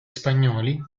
spagnoli